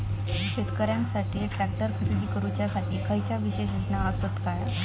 शेतकऱ्यांकसाठी ट्रॅक्टर खरेदी करुच्या साठी खयच्या विशेष योजना असात काय?